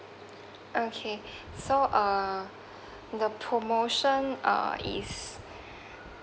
okay so uh the promotion uh is